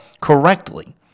correctly